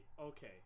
okay